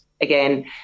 again